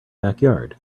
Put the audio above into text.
backyard